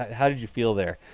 how did you feel there?